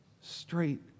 straight